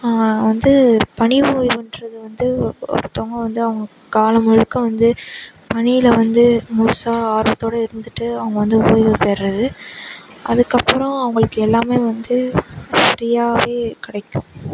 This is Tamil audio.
வந்து பணி ஓய்வுன்றது வந்து ஒருத்தங்க வந்து அவங்கள் காலம் முழுக்க வந்து பணியில் வந்து முழுசாக ஆர்வத்தோடு இருந்துவிட்டு அவங்கள் வந்து ஓய்வு பெறுவது அதுக்கப்புறம் அவங்களுக்கு எல்லாம் வந்து ஃப்ரீயாகவே கிடைக்கும்